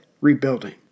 rebuilding